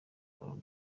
ballon